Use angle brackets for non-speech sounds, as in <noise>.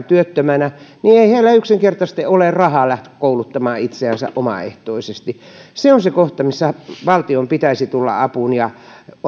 <unintelligible> työttöminä niin ei heillä yksinkertaisesti ole rahaa lähteä kouluttamaan itseänsä omaehtoisesti se on se kohta missä valtion pitäisi tulla apuun ja